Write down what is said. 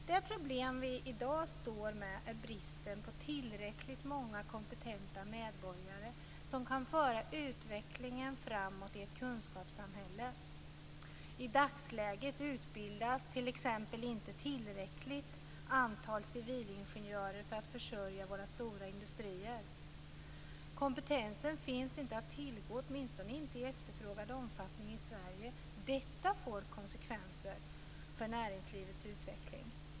De problem vi i dag har är bristen på tillräckligt många kompetenta medborgare som kan föra utvecklingen framåt i ett kunskapssamhälle. I dagsläget utbildas t.ex. inte ett tillräckligt stort antal civilingenjörer för att försörja våra stora industrier. Kompetensen finns inte att tillgå, åtminstone inte i efterfrågad omfattning, i Sverige. Detta får konsekvenser för näringslivets utveckling.